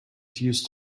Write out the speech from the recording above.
used